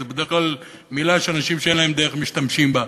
זו בדרך כלל מילה שאנשים שאין להם דרך משתמשים בה,